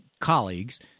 colleagues